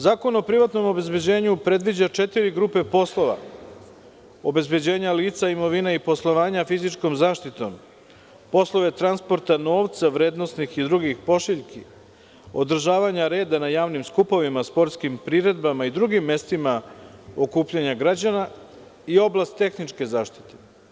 Zakon o privatnom obezbeđenju predviđa četiri grupe poslova: obezbeđenja lica, imovine i poslovanja fizičkom zaštitom, poslove transporta novca vrednosnih i drugih pošiljki, održavanja reda na javnim skupovima, sportskim priredbama i drugim mestima okupljanja građana i oblast tehničke zaštite.